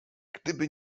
gdyby